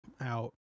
out